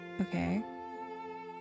Okay